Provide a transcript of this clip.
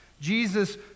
jesus